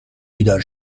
بیدار